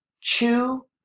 chew